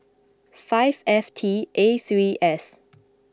five F T A three S